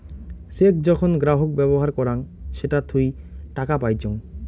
check যখন গ্রাহক ব্যবহার করাং সেটা থুই টাকা পাইচুঙ